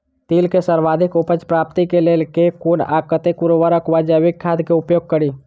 तिल केँ सर्वाधिक उपज प्राप्ति केँ लेल केँ कुन आ कतेक उर्वरक वा जैविक खाद केँ उपयोग करि?